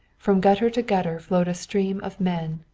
from gutter to gutter flowed a stream of men,